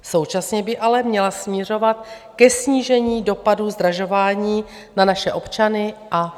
Současně by ale měla směřovat ke snížení dopadů zdražování na naše občany a firmy.